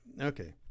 Okay